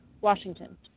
Washington